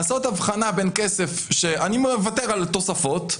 לעשות הבחנה בין אני מוותר על תוספות,